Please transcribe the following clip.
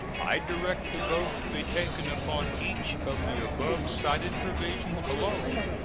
i direct the vote to be taken upon each of the above-cited provisions alone,